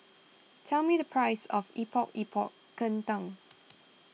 tell me the price of Epok Epok Kentang